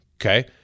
Okay